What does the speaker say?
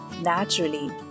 naturally